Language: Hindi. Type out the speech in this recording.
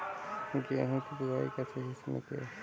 गेहूँ की बुआई का सही समय क्या है?